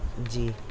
جی